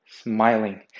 smiling